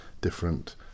different